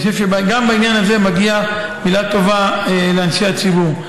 אני חושב שגם בעניין הזה מגיעה מילה טובה לאנשי הציבור.